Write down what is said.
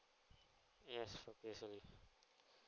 yes for P_S_L_E